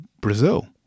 Brazil